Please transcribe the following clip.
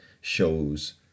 shows